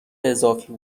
اضافی